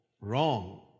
wrong